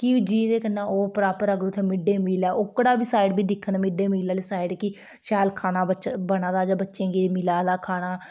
की जे कन्नै प्रापर उत्थै मिड डे मील ऐ ओह्कड़ा साइड बी दिक्खना मिड डे मील आह्ली साइड कि शैल खाना बना दा बच्चें गी मिलै दा खाना